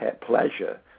pleasure